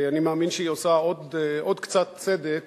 אני מאמין שהיא עושה עוד קצת צדק